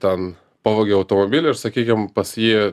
ten pavogė automobilį ir sakykim pas jį